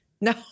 No